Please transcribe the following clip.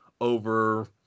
over